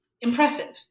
impressive